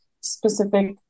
specific